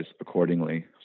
accordingly